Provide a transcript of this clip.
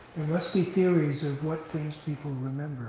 must be theories of what things people remember